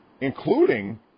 including